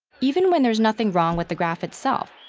even when there's nothing wrong with the graph itself,